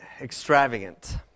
extravagant